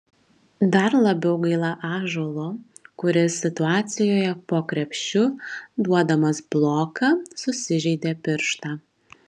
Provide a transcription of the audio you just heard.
dar labiau gaila ąžuolo kuris situacijoje po krepšiu duodamas bloką susižeidė pirštą